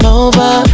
over